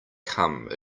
come